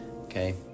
Okay